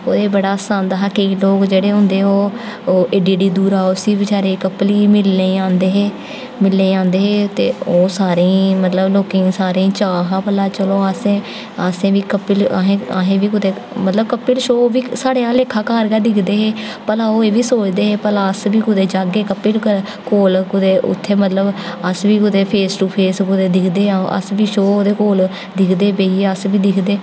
ते बड़ा हास्सा आंदा हा ते केईं लोग जेह्ड़े होंदे हे ओह् एड्डी एड्डी दूरा दा उसी बचैरे कपिल गी मिलने गी आंदे हे मिलने गी आंदे हे ते ओह् लोकें ई सारें लोकें गी चाऽ हा कि भला चलो असें बी कपिल असें बी कुदै मतलब कपिल शो बी साढ़े आह्ला लेखा घर गै दिखदे हे भला ओह् एह् बी सोचदे हे कि भला अस बी कुदै जाह्गे कुसै कपिल कोल कुदै उ'त्थें मतलब अस बी कुदै फेस टू फेस दिक्खदे हे अस बी शो ओह्दे कोल दिक्खदे बेहियै अस बी दिक्खदे